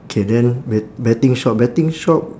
K then bet~ betting shop betting shop